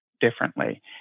differently